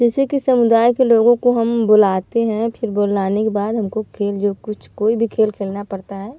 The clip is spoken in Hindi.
जैसे कि समुदाय के लोगों को हम बुलाते हैं फिर बुलाने के बाद हमको खेल जो कुछ कोई भी खेल खेलना पड़ता है